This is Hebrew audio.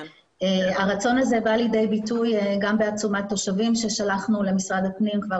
הרצון הזה בא לידי ביטוי גם בעצומת תושבים ששלחנו למשרד הפנים כבר